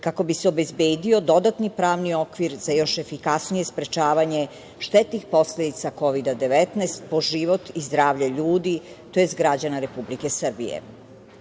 kako bi se obezbedio dodatni pravni okvir za još efikasnije sprečavanje štetnih posledica Kovida 19 po život i zdravlje ljudi, tj. građana Republike Srbije.U